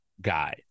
guy